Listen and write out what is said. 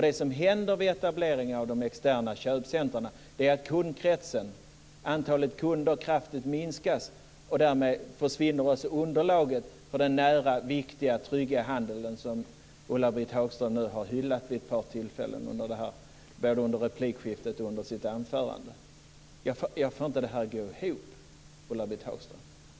Det som händer vid etableringen av de externa köpcentrumen är att antalet kunder kraftigt minskar. Därmed försvinner också underlaget för den nära, viktiga och trygga handel som Ulla-Britt Hagström har hyllat vid ett par tillfällen - både under replikskiftet och under sitt anförande. Jag får det inte att gå ihop, Ulla-Britt Hagström.